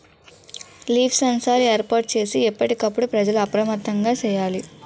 leaf sensor ఏర్పాటు చేసి ఎప్పటికప్పుడు ప్రజలు అప్రమత్తంగా సేయాలి